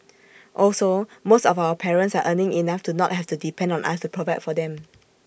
also most of our parents are earning enough to not have to depend on us to provide for them